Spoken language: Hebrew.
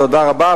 תודה רבה.